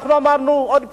אמרנו עוד פעם: